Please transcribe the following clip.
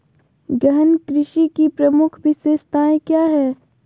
गहन कृषि की प्रमुख विशेषताएं क्या है?